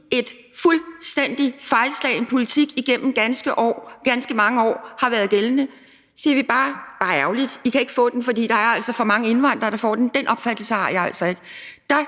en fuldstændig fejlslagen politik gennem ganske mange år har været gældende? Skal vi så bare sige: Det er bare ærgerligt – I kan ikke få den, for der er altså for mange indvandrere, der får den? Den opfattelse har jeg altså ikke.